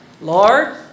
Lord